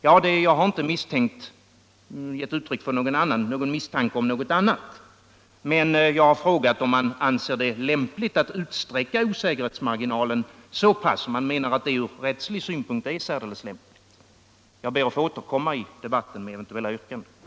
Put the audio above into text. Ja, jag har inte givit uttryck för misstanke om något annat, men jag har frågat om man anser att det ur rättslig synpunkt är lämpligt att utsträcka osäkerhetsmarginalen så pass långt. Jag ber att få återkomma i debatten med eventuella yrkanden.